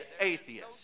atheist